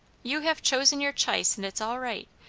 you have chosen your ch'ice, and it's all right.